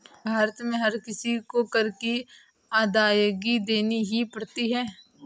भारत में हर किसी को कर की अदायगी देनी ही पड़ती है